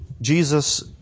Jesus